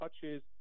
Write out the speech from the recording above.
touches